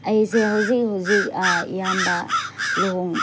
ꯑꯩꯁꯦ ꯍꯧꯖꯤꯛ ꯍꯧꯖꯤꯛ ꯏꯌꯥꯝꯕ ꯂꯨꯍꯣꯡ